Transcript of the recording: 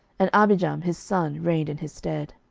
and abijam his son reigned in his stead.